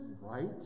right